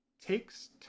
takes